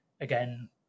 again